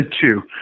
two